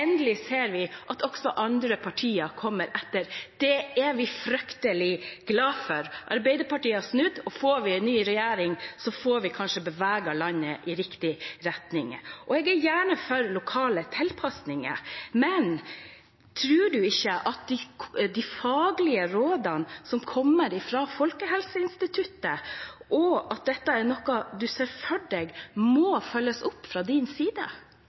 endelig ser vi at andre partier kommer etter. Det er vi fryktelig glade for. Arbeiderpartiet har snudd, og får vi en ny regjering, får vi kanskje beveget landet i riktig retning. Jeg er gjerne for lokale tilpasninger, men tror ikke statsråden på de faglige rådene som kommer fra Folkehelseinstituttet, og er ikke dette er noe han ser for seg må følges opp fra hans side?